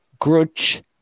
Grudge